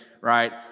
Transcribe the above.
right